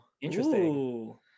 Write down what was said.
Interesting